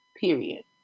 period